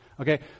Okay